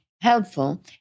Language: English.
helpful